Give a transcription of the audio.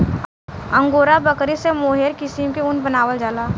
angora बकरी से mohair किसिम के ऊन बनावल जाला